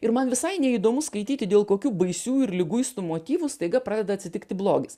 ir man visai neįdomu skaityti dėl kokių baisių ir liguistų motyvų staiga pradeda atsitikti blogis